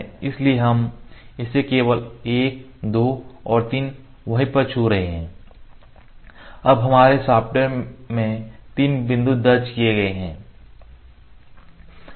इसलिए हम इसे केवल 1 2 और 3 वहीं पर छू रहे हैं अब हमारे सॉफ्टवेयर में तीन बिंदु दर्ज किए गए हैं